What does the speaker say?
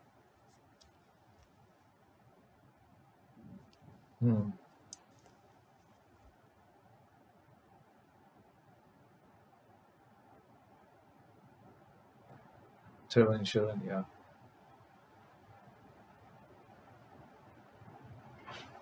mm travel insurance ya